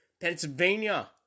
Pennsylvania